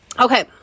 okay